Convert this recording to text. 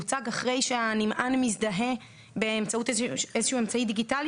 יוצג אחרי שהנמען מזדהה באמצעות איזשהו אמצעי דיגיטלי